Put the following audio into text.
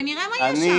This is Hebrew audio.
ונראה מה יש שם.